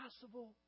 possible